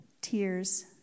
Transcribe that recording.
tears